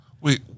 Wait